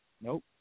Nope